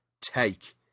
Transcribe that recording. take